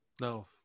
No